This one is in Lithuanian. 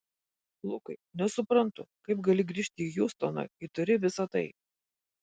lukai nesuprantu kaip gali grįžti į hjustoną kai turi visa tai